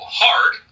hard